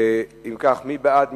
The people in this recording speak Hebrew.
מי בעד?